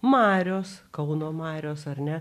marios kauno marios ar ne